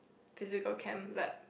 physical chem lab